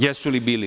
Jesu li bili?